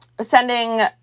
sending